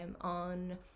on